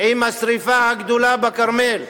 עם השרפה הגדולה בכרמל.